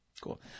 Cool